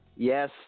Yes